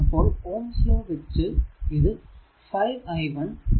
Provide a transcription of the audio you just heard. അപ്പോൾ Ohm's law വച്ച് ഇത് 5 i 1